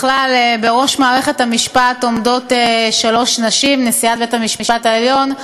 בכלל בראש מערכת המשפט עומדות שלוש נשים: נשיאת בית-המשפט העליון,